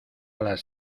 las